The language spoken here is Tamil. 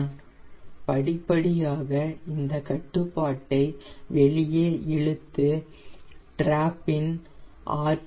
நான் படிப்படியாக இந்த கட்டுப்பாட்டை வெளியே இழுத்து டிராப் இன் ஆர்